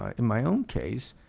um in my own case,